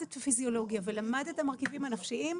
פיזיולוגיה ולמד את המרכיבים הנפשיים,